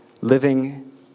Living